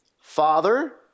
Father